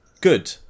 Good